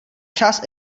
část